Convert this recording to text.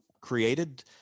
created